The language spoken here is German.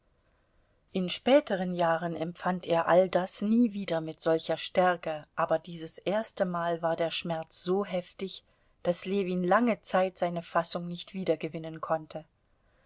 in späteren jahren empfand er all das nie wieder mit solcher stärke aber dieses erstemal war der schmerz so heftig daß ljewin lange zeit seine fassung nicht wiedergewinnen konnte